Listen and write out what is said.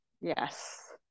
Yes